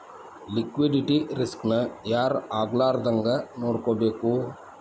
Liquidity risk ನ ಯಾರ್ ಆಗ್ಲಾರ್ದಂಗ್ ನೊಡ್ಕೊಬೇಕು?